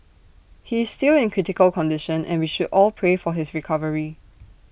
he is still in critical condition and we should all pray for his recovery